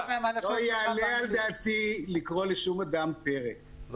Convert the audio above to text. יעלה על דעתי לקרוא לשום אדם פרא.